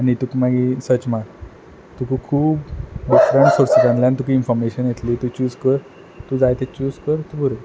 आनी तुका मागीर सर्च मार तुका खूब डिफरंट सोर्सिंसांतल्यान तुका इनफोर्मेशन येतली तूं चूज कर तूं जाय तें चूज कर